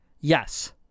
Yes